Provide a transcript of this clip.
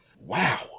Wow